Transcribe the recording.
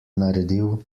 naredil